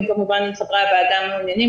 אם כמובן חברי הוועדה מעוניינים.